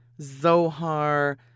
Zohar